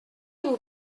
vous